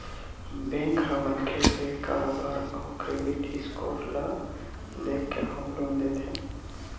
bank ह मनखे के कारोबार अउ क्रेडिट स्कोर ल देखके होम लोन देथे